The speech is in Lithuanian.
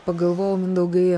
pagalvojau mindaugai